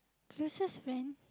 closest friend